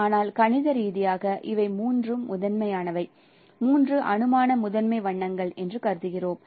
ஆனால் கணித ரீதியாக இவை மூன்று முதன்மையானவை மூன்று அனுமான முதன்மை வண்ணங்கள் என்று கருதினோம்